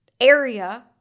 area